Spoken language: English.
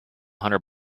hundred